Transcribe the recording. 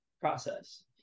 process